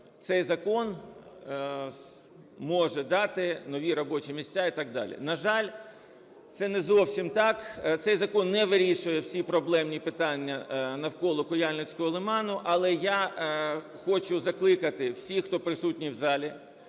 цей закон може дати нові робочі місця і так далі. На жаль, це не зовсім так, цей закон не вирішує всі проблемні питання навколо Куяльницького лиману. Але я хочу закликати всіх, хто присутні в залі,